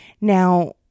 Now